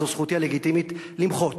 זו זכותי הלגיטימית למחות,